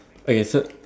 okay so